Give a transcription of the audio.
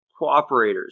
cooperators